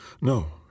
No